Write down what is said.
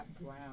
Brown